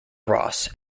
ross